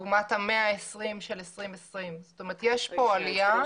לעומת 120 של 2020. יש פה עלייה.